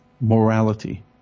morality